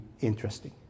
interesting